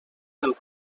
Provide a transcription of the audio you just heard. del